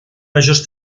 majors